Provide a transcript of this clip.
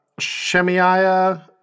Shemiah